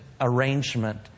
arrangement